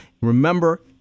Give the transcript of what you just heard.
Remember